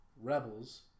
Rebels